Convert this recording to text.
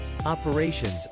Operations